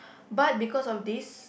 but because of this